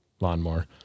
lawnmower